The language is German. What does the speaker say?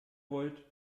wollt